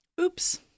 Oops